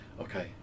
okay